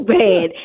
bad